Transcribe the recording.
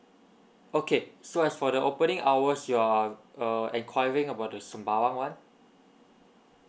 okay so as for the opening hours you are uh enquiring about the sembawang one